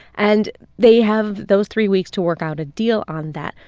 and they have those three weeks to work out a deal on that.